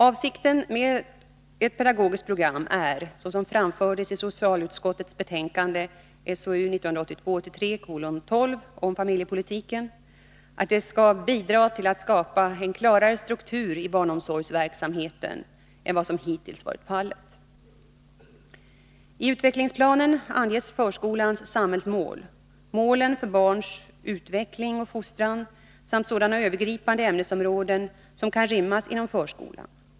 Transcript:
Avsikten med ett pedagogiskt program är, såsom framfördes i socialutskottets betänkande om familjepolitiken, att det skall bidra till att skapa en klarare struktur i barnomsorgsverksamheten än vad som hittills varit fallet. I utvecklingsplanen anges förskolans samhällsmål, målen för barns utveckling och fostran samt sådana övergripande ämnesområden som kan inrymmas inom förskolan.